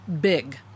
big